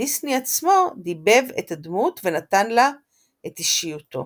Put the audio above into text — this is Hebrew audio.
ודיסני עצמו דיבב את הדמות ונתן לה את אישיותו.